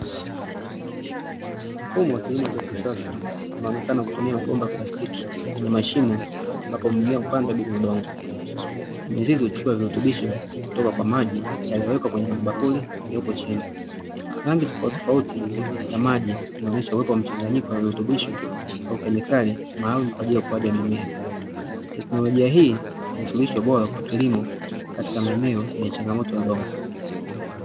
Mfumo wa kilimo cha kisasa unaonekana kutumia mabomba ya plastiki yenye mashimo ambapo mimea hupandwa bila udongo, mizizi huchukua virutubisho kutoka kwa maji yaliyowekwa kwenye mabakuli yaliyopo chini, rangi tofautitofauti ya maji inaonesha uwepo wa mchanganyiko wa virutubisho au kemikali maalumu kwa ajili ya ukuaji wa mimea. Teknolojia hii ni suluhisho bora kwa kilimo katika maeneo yenye changamoto ya udongo.